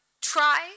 try